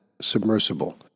submersible